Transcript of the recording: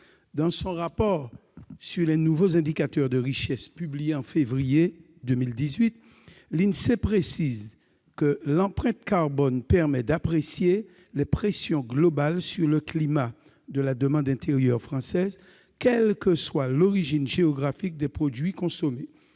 Dans son rapport sur les nouveaux indicateurs de richesse, publié en février 2018, l'Insee précise que l'empreinte carbone permet d'apprécier les pressions globales sur le climat de la demande intérieure française, quelle que soit l'origine géographique des produits consommés.